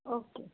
okay